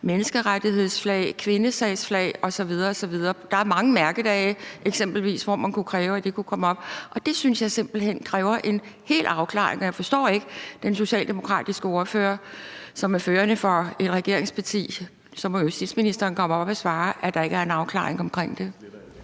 menneskerettighedsflag, kvindesagsflag osv. osv. Der er eksempelvis mange mærkedage, hvor man kunne kræve, at de kunne komme op. Det synes jeg simpelt hen kræver en fuldstændig afklaring, og jeg forstår ikke den socialdemokratiske ordfører som ordfører for et regeringsparti. Så må ministeren komme op og sige, at der ikke er en afklaring om det.